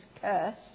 curse